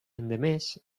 endemés